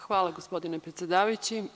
Hvala, gospodine predsedavajući.